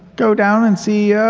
go down and see